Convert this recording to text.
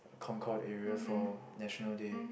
concrete area for National Day